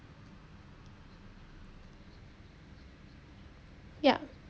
yup